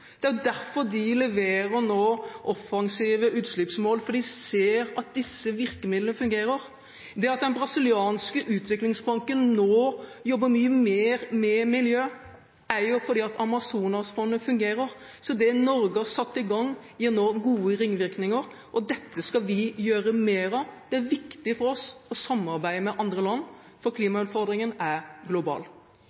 derfor de nå leverer offensive utslippsmål, for de ser at disse virkemidlene fungerer. Det at den brasilianske utviklingsbanken nå jobber mye mer med miljø, er fordi Amazonasfondet fungerer. Så det Norge har satt i gang, gir nå gode ringvirkninger, og dette skal vi gjøre mer av. Det er viktig for oss å samarbeide med andre land, for klimautfordringen er global.